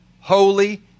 holy